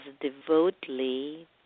devotedly